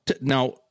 now